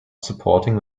supporting